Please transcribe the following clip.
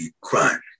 crime